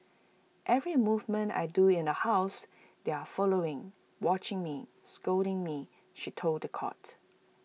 every movement I do in the house they are following watching me scolding me she told The Court